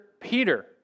Peter